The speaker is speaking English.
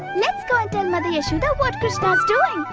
let's go and tell mother yashoda what krishna is doing.